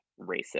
racist